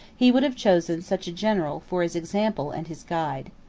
he would have chosen such a general for his example and his guide.